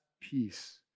peace